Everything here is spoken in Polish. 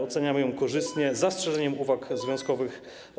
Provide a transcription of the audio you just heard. Oceniamy ją korzystnie, z zastrzeżeniem uwag związkowych.